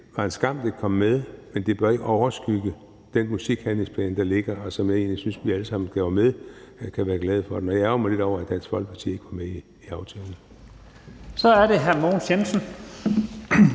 det var en skam, at det kom med, men det bør ikke overskygge den musikhandlingsplan, der ligger, og som jeg egentlig synes at vi alle sammen, der var med, kan være glade for. Jeg ærgrer mig lidt over, at Dansk Folkeparti ikke var med i aftalen. Kl. 12:50 Første